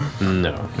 No